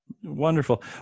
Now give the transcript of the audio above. Wonderful